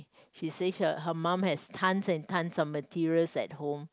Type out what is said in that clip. she says her mum has tons and tons of materials at home